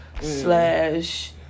slash